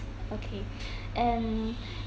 okay and